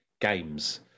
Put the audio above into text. games